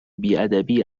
بیادبی